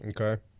Okay